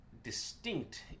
Distinct